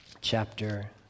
chapter